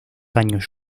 años